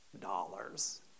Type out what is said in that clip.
dollars